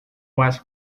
was